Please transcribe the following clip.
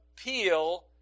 Appeal